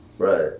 Right